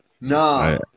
No